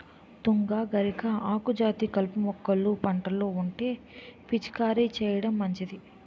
తుంగ, గరిక, ఆకుజాతి కలుపు మొక్కలు పంటలో ఉంటే పిచికారీ చేయడం మంచిది